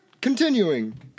continuing